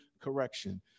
correction